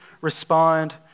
respond